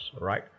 right